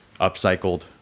upcycled